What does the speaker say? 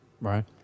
right